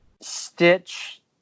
Stitch